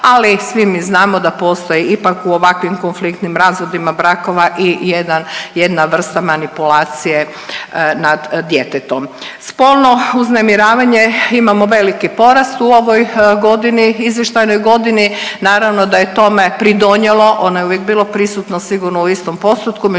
ali svi mi znamo da postoji ipak u ovakvim konfliktnim razvodima brakovima i jedan, jedna vrsta manipulacije nad djetetom. Spolno uznemiravanje, imamo veliki porast u ovoj godini, izvještajnoj godini, naravno da je tome pridonjelo, ono je uvijek bilo prisutno sigurno u istom postotku,